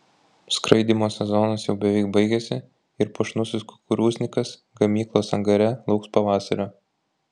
skraidymo sezonas jau beveik baigėsi ir puošnusis kukurūznikas gamyklos angare lauks pavasario